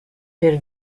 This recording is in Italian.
per